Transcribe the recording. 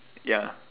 ya